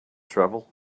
travel